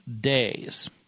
days